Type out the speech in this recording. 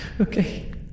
Okay